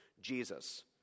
Jesus